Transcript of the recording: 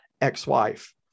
ex-wife